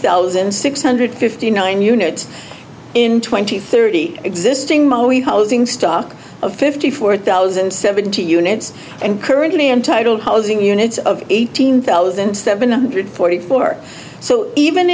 thousand six hundred fifty nine units in twenty thirty existing mostly housing stock of fifty four thousand and seventy units and currently entitled housing units of eighteen thousand seven hundred forty four so even